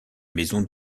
maisons